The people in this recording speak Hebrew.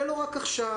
ולא רק עכשיו,